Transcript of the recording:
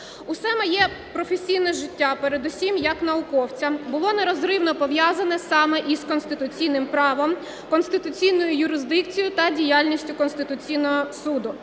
Усе моє професійне життя передусім як науковця було нерозривно пов'язане саме із конституційним правом, конституційною юрисдикцією та діяльністю Конституційного Суду.